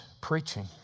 preaching